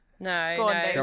No